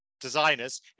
designers